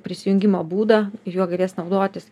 prisijungimo būdą juo galės naudotis